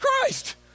Christ